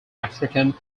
african